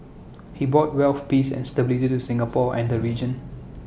he bought wealth peace and stability to Singapore and the region